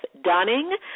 Dunning